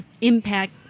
impact